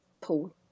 pool